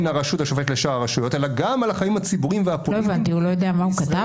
גם לארה אל קאסם הוא בסוף לא על